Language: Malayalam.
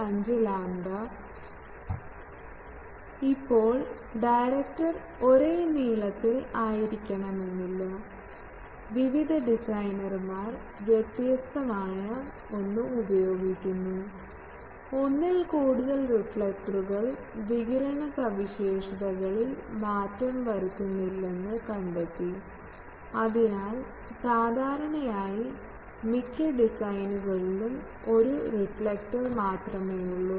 25 ലാംഡ ഇപ്പോൾ ഡയറക്ടർ ഒരേ നീളത്തിൽ ആയിരിക്കണമെന്നില്ല വിവിധ ഡിസൈനർമാർ വ്യത്യസ്തമായ ഒന്ന് ഉപയോഗിക്കുന്നു ഒന്നിൽ കൂടുതൽ റിഫ്ലക്ടറുകൾ വികിരണ സവിശേഷതകളിൽ മാറ്റം വരുത്തുന്നില്ലെന്ന് കണ്ടെത്തി അതിനാൽ സാധാരണയായി മിക്ക ഡിസൈനുകളിലും ഒരു റിഫ്ലക്ടർ മാത്രമേയുള്ളൂ